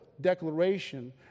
Declaration